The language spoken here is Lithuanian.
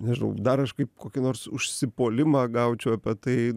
nežinau dar aš kaip kokį nors užsipuolimą gaučiau apie tai